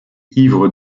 ivres